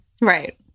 Right